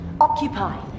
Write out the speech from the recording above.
occupy